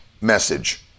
message